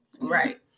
right